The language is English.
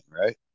right